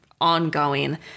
ongoing